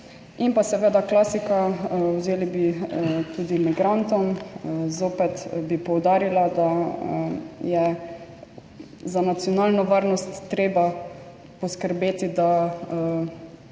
In pa seveda klasika, vzeli bi tudi migrantom. Zopet bi poudarila, da je za nacionalno varnosttreba poskrbeti, da